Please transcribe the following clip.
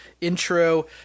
intro